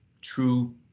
true